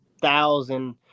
thousand